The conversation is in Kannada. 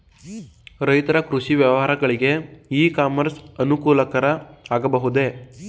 ರೈತರ ಕೃಷಿ ವ್ಯವಹಾರಗಳಿಗೆ ಇ ಕಾಮರ್ಸ್ ಅನುಕೂಲಕರ ಆಗಬಹುದೇ?